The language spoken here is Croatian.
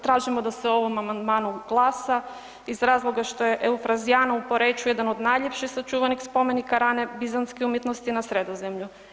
Tražimo da se o ovom amandmanu glasa iz razloga što je Eufrazijana u Poreču jedan od najljepših sačuvanih spomenika rane bizantske umjetnosti na Sredozemlju.